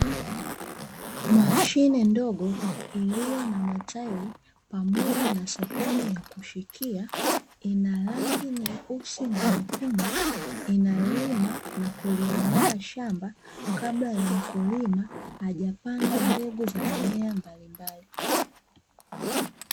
Mashine ndogo iliyo na matairi pamoja na sehemu ya kushikia ina rangi nyeusi na nyekundu inalima na kuliandaa shamba kabla ya mkulima hajapanda mbegu za mimea mbalimbali.